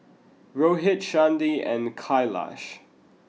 Rohit Chandi and Kailash